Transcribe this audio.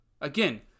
Again